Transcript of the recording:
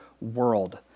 world